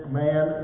man